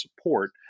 support